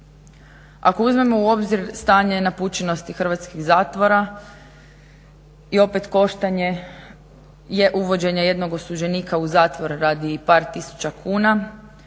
Ako uzmemo u obzir stanje napučenosti hrvatskih zatvora i opet koštanje uvođenja jednog osuđenika u zatvor radi par tisuća kuna